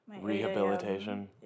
Rehabilitation